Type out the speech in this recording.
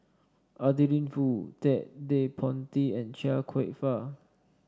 Adeline Foo Ted De Ponti and Chia Kwek Fah